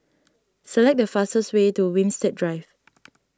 select the fastest way to Winstedt Drive